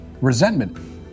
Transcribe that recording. resentment